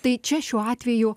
tai čia šiuo atveju